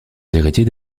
héritiers